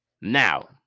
now